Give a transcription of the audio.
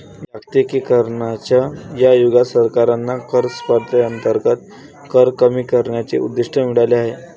जागतिकीकरणाच्या युगात सरकारांना कर स्पर्धेअंतर्गत कर कमी करण्याचे उद्दिष्ट मिळाले आहे